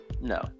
No